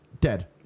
dead